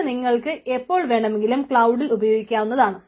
അത് നിങ്ങൾക്ക് എപ്പോൾ വേണമെങ്കിലും ക്ലൌഡിൽ ഉപയോഗിക്കാവുന്നതാണ്